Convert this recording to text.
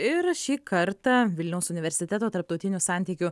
ir šį kartą vilniaus universiteto tarptautinių santykių